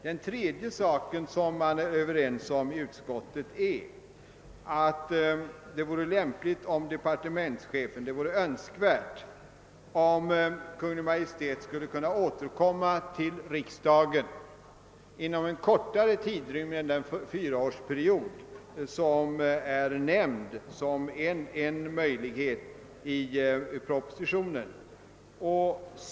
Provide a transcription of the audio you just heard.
Den tredje saken som man är överens om i utskottet är att det vore önskvärt att Kungl. Maj:t kunde återkomma till riksdagen inom en kortare tidrymd än den fyraårsperiod som är nämnd såsom en möjlighet i propositionen.